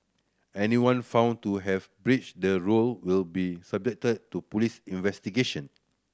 anyone found to have breached the rule will be subjected to police investigation